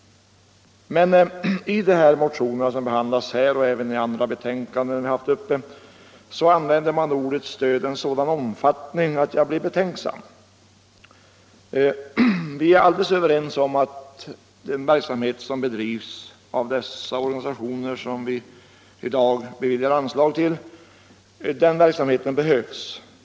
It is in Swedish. Men i de motioner som behandlas här och även i andra betänkanden använder man ordet stöd i en sådan omfattning och i en betydelse som gör att jag blir betänksam. Vi är helt överens om att den verksamhet som bedrivs av de organisationer som vi i dag skall besluta om anslag till behövs.